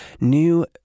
new